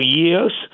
years